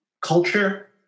culture